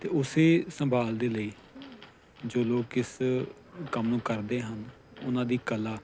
ਅਤੇ ਉਸ ਸੰਭਾਲ ਦੇ ਲਈ ਜੋ ਲੋਕ ਕਿਸ ਕੰਮ ਨੂੰ ਕਰਦੇ ਹਨ ਉਹਨਾਂ ਦੀ ਕਲਾ